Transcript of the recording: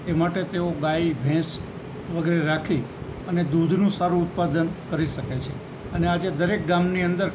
એ માટે તેઓ ગાય ભેંસ વગેરે રાખી અને દૂધનું સારું ઉત્પાદન કરી શકે છે અને આજે દરેક ગામની અંદર